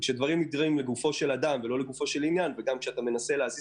כשדברים מפורשים לגופו של אדם וכשאתה מנסה להזיז